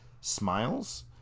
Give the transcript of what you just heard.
smiles